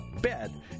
bed